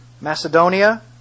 Macedonia